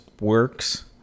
works